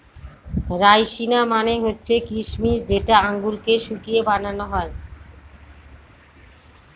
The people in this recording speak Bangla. রাইসিনা মানে হচ্ছে কিসমিস যেটা আঙুরকে শুকিয়ে বানানো হয়